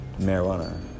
marijuana